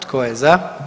Tko je za?